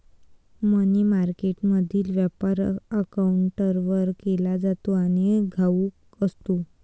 मनी मार्केटमधील व्यापार काउंटरवर केला जातो आणि घाऊक असतो